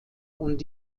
und